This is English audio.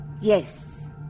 Yes